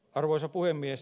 arvoisa puhemies